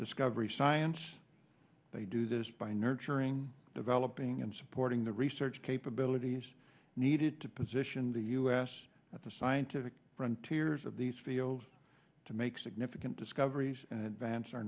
discovery science they do this by nurturing developing and supporting the research capabilities needed to position the us at the scientific rentiers of these fields to make significant discoveries and advance our